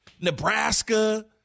Nebraska